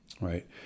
Right